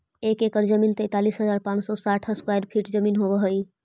एक एकड़ जमीन तैंतालीस हजार पांच सौ साठ स्क्वायर फीट जमीन होव हई